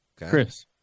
Chris